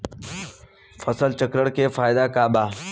फसल चक्रण के फायदा का बा?